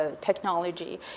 technology